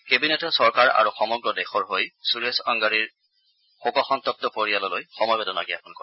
কেবিনেটে চৰকাৰ আৰু সমগ্ৰ দেশৰ হৈ সুৰেশ অংগাড়ীৰ শোকসন্তপ্ত পৰিয়াললৈ সমবেদনা জ্ঞাপন কৰে